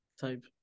type